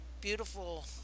beautiful